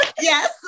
yes